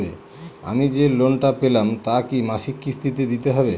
আমি যে লোন টা পেলাম তা কি মাসিক কিস্তি তে দিতে হবে?